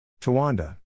Tawanda